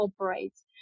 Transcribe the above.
operates